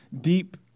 deep